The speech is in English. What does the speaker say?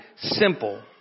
simple